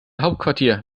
hauptquartier